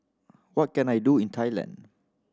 what can I do in Thailand